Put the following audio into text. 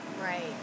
Right